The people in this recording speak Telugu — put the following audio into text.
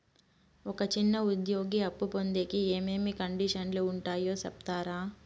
ఒక చిన్న ఉద్యోగి అప్పు పొందేకి ఏమేమి కండిషన్లు ఉంటాయో సెప్తారా?